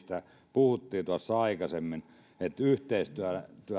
puhuttiin tuossa aikaisemmin yhteistyö